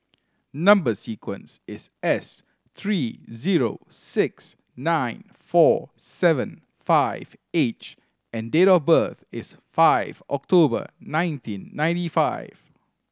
number sequence is S three zero six nine four seven five H and date of birth is five October nineteen ninety nine